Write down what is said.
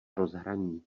rozhraní